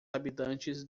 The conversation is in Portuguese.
habitantes